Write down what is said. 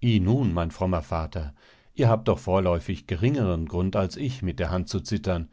nun mein frommer vater ihr habt doch vorläufig geringeren grund als ich mit der hand zu zittern